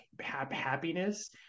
happiness